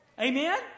Amen